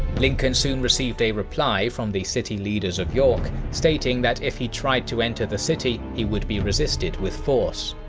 lincoln soon received a reply from the city leaders of york, stating that if he tried to enter the city he would be resisted with force.